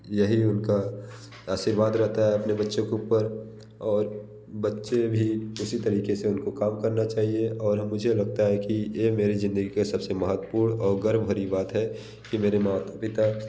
यही उनका आशीर्वाद रहता हैं अपने बच्चे के ऊपर और बच्चे भी उसी तरीक़े से उनका काम करना चाहिए और मुझे लगता है कि ये मेरी ज़िंदगी का सब से महत्वपूर्ण और गर्व भरी बात है कि की मेरे मात पिता